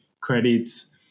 credits